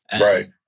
Right